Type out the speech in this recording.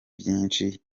byinshi